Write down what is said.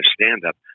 stand-up